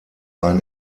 ein